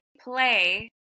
play